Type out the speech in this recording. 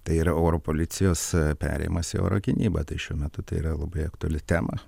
tai yra oro policijos perėjimas į oro gynybą tai šiuo metu tai yra labai aktuali tema